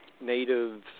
native